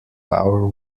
our